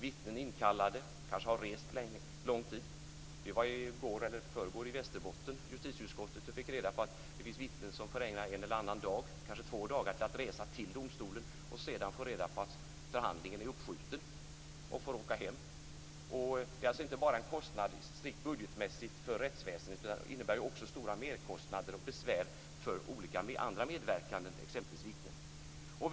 Vittnen är inkallade och har kanske rest långt. Justitieutskottet var i Västerbotten i förrgår och fick reda på att det finns vittnen som får ägna en eller annan dag, kanske två dagar, åt att resa till domstolen, och där får reda på att förhandlingen är uppskjuten och får åka hem. Det är alltså inte bara en strikt budgetmässig kostnad för rättsväsendet utan innebär ju också stora merkostnader och besvär för olika andra medverkande, exempelvis vittnen.